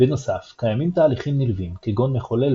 בנוסף קיימים תהליכים נלווים כגון מחולל